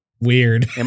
Weird